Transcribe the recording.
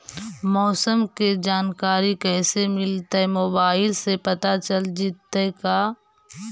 मौसम के जानकारी कैसे मिलतै मोबाईल से पता चल जितै का?